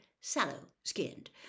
sallow-skinned